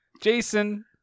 Jason